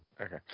Okay